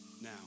now